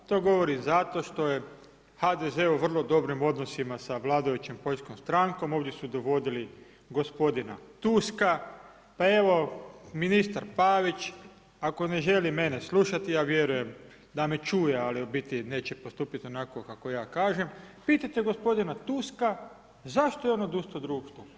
To govorim zato što je HDZ u vrlo dobrim odnosima sa vladajućom poljskom strankom, ovdje su dovodili gospodina Tuska pa evo ministar Pavić ako ne želi mene slušati, ja vjerujem da me čuje, ali u biti neće postupit onako kako ja kažem, pitajte gospodina Tuska zašto je on odustao od II. stupa?